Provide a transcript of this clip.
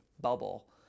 bubble